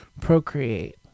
Procreate